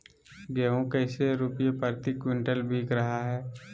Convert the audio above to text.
गेंहू कैसे रुपए प्रति क्विंटल बिक रहा है?